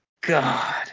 God